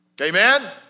Amen